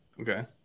Okay